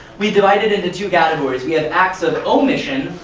we've divided into two categories we have acts of omission,